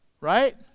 right